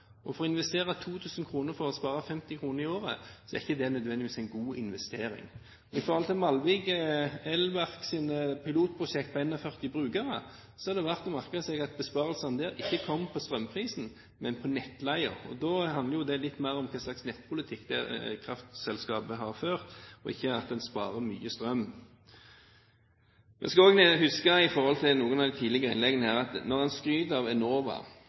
året. Det å investere 2 000 kr for å spare 50 kr i året er ikke nødvendigvis en god investering. Når det gjelder Malvik Everks pilotprosjekt på 41 brukere, er det verdt å merke seg at besparelsene der ikke kom på strømprisen, men på nettleien. Da handler det litt mer om hvilken nettpolitikk kraftselskapet har ført, ikke at en sparer mye strøm. Vi skal også huske, med tanke på noen av de tidligere innleggene her, at når man skryter av Enova,